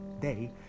day